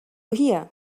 hier